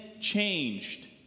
changed